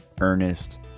Ernest